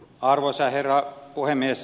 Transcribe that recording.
arvoisa herra puhemies